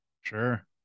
Sure